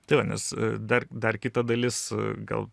tai va nes dar dar kita dalis gal